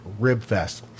Ribfest